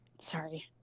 sorry